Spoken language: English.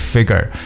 Figure